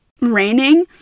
raining